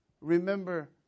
Remember